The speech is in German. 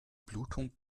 blutung